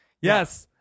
yes